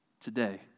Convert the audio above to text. today